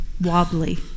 wobbly